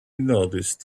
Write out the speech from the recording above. noticed